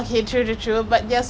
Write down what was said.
!wah! talking about that